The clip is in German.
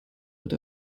wird